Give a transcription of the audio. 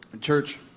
Church